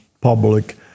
public